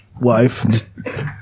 wife